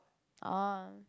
oh